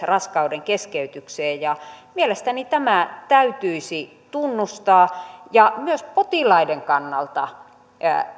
raskaudenkeskeytykseen mielestäni tämä täytyisi tunnustaa myös potilaiden kannalta